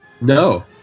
No